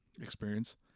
experience